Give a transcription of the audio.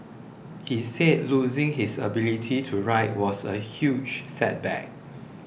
he said losing his ability to write was a huge setback